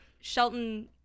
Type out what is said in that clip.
Shelton